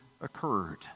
occurred